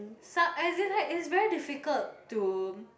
sa~ as in like it's very difficult to